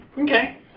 Okay